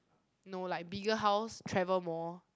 no like bigger house travel more